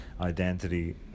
identity